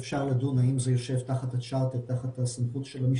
ולדעתי רמת הרגישות שלו טיפה יותר גבוהה בהקשר